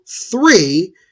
three